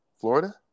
Florida